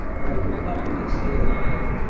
but i woke up the next day alive,